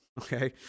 Okay